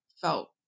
felt